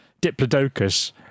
Diplodocus